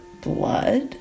blood